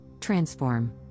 transform